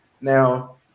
Now